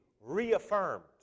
reaffirmed